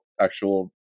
actual